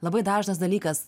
labai dažnas dalykas